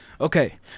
Okay